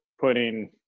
putting